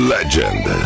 Legend